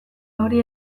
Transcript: hori